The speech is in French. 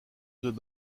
deux